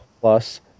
plus